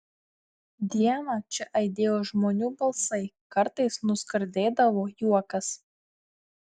dieną čia aidėjo žmonių balsai kartais nuskardėdavo juokas